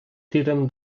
tirem